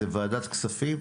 זה וועדת כספים,